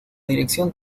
dirección